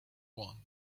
one